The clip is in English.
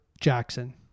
Jackson